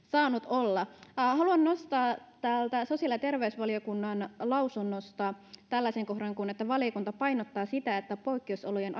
olla haluan nostaa täältä sosiaali ja terveysvaliokunnan lausunnosta tällaisen kohdan valiokunta painottaa sitä että poikkeusolojen